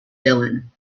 dylan